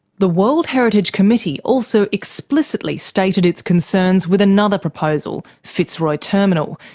the world heritage committee also explicitly stated its concerns with another proposal, fitzroy terminal,